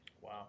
Wow